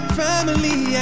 family